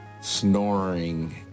snoring